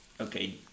okay